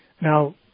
Now